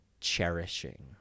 Cherishing